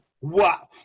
Wow